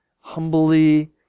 humbly